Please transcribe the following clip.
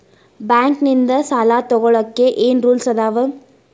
Bank ನಿಂದ್ ಸಾಲ ತೊಗೋಳಕ್ಕೆ ಏನ್ ರೂಲ್ಸ್ ಅದಾವ?